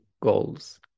goals